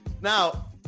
Now